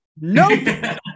Nope